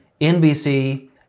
NBC